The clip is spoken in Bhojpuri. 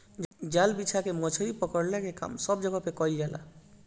जाल बिछा के मछरी पकड़ला के काम सब जगह पे कईल जाला